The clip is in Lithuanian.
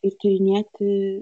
ir tyrinėti